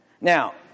Now